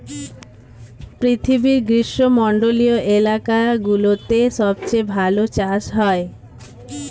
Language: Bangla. পৃথিবীর গ্রীষ্মমন্ডলীয় এলাকাগুলোতে সবচেয়ে ভালো চাষ হয়